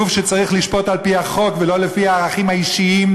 גוף שצריך לשפוט לפי החוק ולא לפי הערכים האישיים